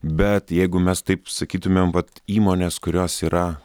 bet jeigu mes taip sakytumėmvat įmonės kurios yra